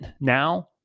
now